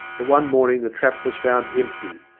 but one morning the trap was found empty.